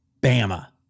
Bama